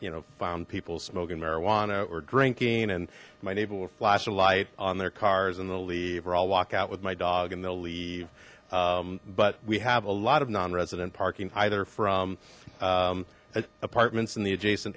you know found people smoking marijuana or drinking and my neighbor will flash a light on their cars and they'll leave or i'll walk out with my dog and they'll leave but we have a lot of non resident parking either from apartments in the